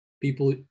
people